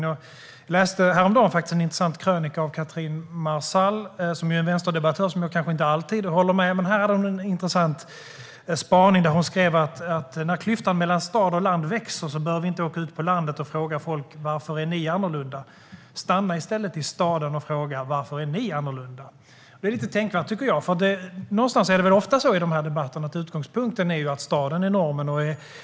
Jag läste häromdagen en intressant krönika av Katrine Marçal, som är en vänsterdebattör som jag kanske inte alltid håller med. Men här hade hon en intressant spaning där hon skrev att när klyftan mellan stad och land växer behöver vi inte åka ut på landet och fråga folk: Varför är ni annorlunda? Stanna i stället i staden och fråga: Varför är ni annorlunda? Jag tycker att detta är tänkvärt. Någonstans är det ofta så i debatterna att utgångspunkten är att staden är normen.